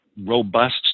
robust